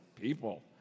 people